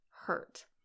hurt